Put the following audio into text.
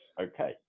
okay